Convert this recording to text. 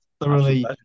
thoroughly